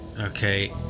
okay